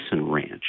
Ranch